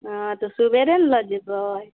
हँ तऽ सुबेरे ने लऽ जेबय